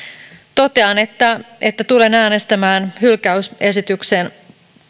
totean että että tulen äänestämään hylkäysesityksen